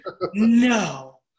no